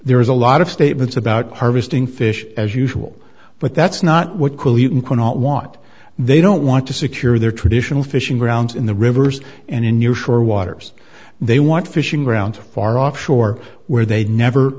there is a lot of statements about harvesting fish as usual but that's not what cool you cannot want they don't want to secure their traditional fishing grounds in the rivers and in near shore waters they want fishing grounds far off shore where they'd never